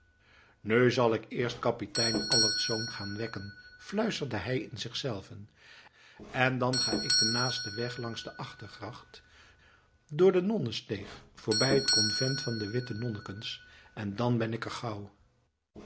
nu zal ik eerst kapitein allertsz gaan wekken fluisterde hij in zichzelven en dan ga ik den naasten weg langs de achtergracht door de nonnensteeg voorbij het convent van de witte nonnekens dan ben ik er gauw